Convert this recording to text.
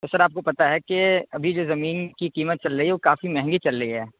تو سر آپ کو پتا ہے کہ ابھی جو زمین کی قیمت چل رہی ہے وہ کافی مہنگی چل رہی ہے